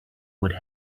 would